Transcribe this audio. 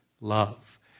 love